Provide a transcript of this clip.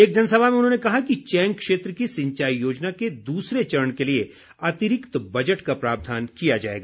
एक जनसभा में उन्होंने कहा कि चैंग क्षेत्र की सिंचाई योजना के दूसरे चरण के लिए अतिरिक्त बजट का प्रावधान किया जाएगा